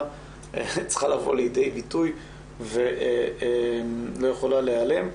צריכים לבוא לידי ביטוי ולא יכולים להיעלם.